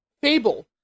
Fable